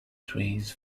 trees